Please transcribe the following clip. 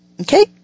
Okay